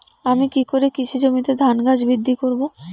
আমি কী করে কৃষি জমিতে ধান গাছ বৃদ্ধি করব?